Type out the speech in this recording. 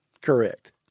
Correct